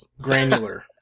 Granular